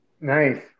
nice